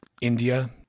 India